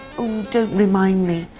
ooo, don't remind me.